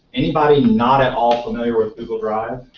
anybody not at all familiar with google drive?